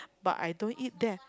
but I don't eat that